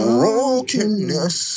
Brokenness